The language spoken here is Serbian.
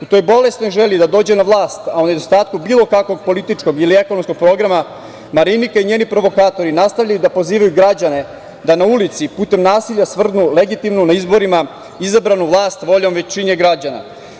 U toj bolesnoj želji da dođe na vlast, a u nedostatku bilo kakvog političkog ili ekonomskog programa Marinika i njeni provokatori nastavljaju da pozivaju građane da na ulici putem nasilja svrgnu legitimnu, na izborima izabranu vlas voljom većine građana.